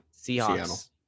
Seahawks